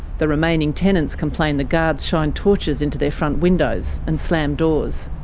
the remaining tenants complain the guards shine torches into their front windows and slam doors.